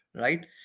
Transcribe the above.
right